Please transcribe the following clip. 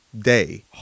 day